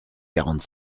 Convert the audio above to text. quarante